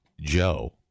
Joe